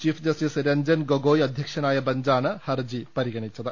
chief justice Ranjan Gogoi അധ്യക്ഷനായ ബഞ്ചാണ് ഹർജി പരിഗണിച്ചത്